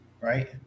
right